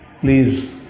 please